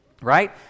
right